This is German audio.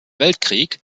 weltkrieg